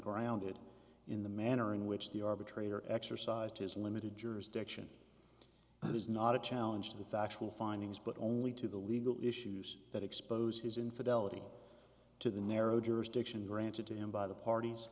grounded in the manner in which the arbitrator exercised his limited jurisdiction that is not a challenge to the factual findings but only to the legal issues that expose his infidelity to the narrow jurisdiction granted to him by the parties